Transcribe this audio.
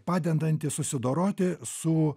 padendanti susidoroti su